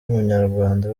umunyarwanda